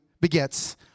begets